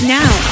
now